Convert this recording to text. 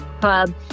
Club